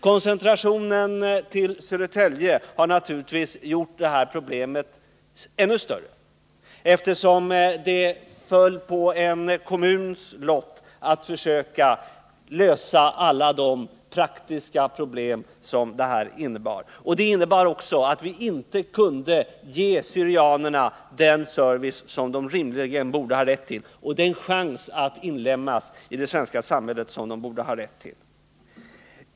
Koncentrationen till Södertälje har naturligtvis gjort problemet ännu större, eftersom det föll på en kommuns lott att försöka lösa alla de praktiska problemen. Detta innebar också att vi inte kunde ge syrianerna den service och den chans att inlemmas i det svenska samhället som de rimligen borde ha rätt till.